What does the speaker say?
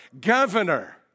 governor